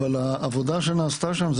אבל העבודה שנעשתה שם זה